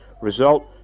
Result